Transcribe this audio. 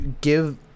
give